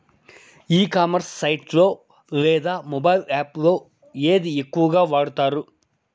ఈ commerce site లో లేదా మొబైల్ యాప్ లో ఏది ఎక్కువగా వాడుతారు?